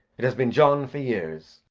it has been john for years.